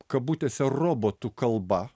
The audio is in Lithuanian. kabutėse robotų kalba